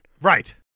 Right